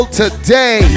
today